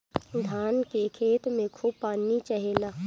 धान के खेत में खूब पानी चाहेला